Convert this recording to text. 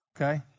okay